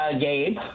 Gabe